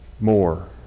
more